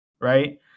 right